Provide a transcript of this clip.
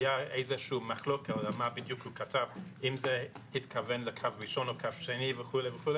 היתה מחלוקת אם זה התכוון לקו ראשון או קו שני וכו'.